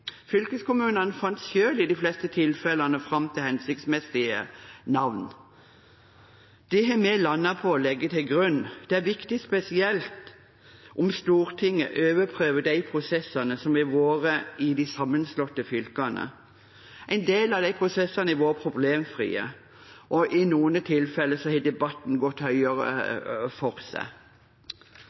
Fylkeskommunene fant i de fleste tilfellene selv fram til hensiktsmessige navn. Det har vi landet på å legge til grunn. Det er viktig, spesielt om Stortinget overprøver de prosessene som har vært i de sammenslåtte fylkene. En del av disse prosessene har vært problemfrie, og i noen tilfeller har debatten gått mer høylytt for seg.